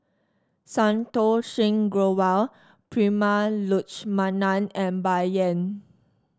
Santokh Singh Grewal Prema Letchumanan and Bai Yan